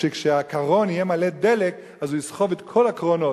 שכשהקטר יהיה מלא דלק הוא יסחב אחריו את כל הקרונות,